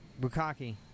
Bukaki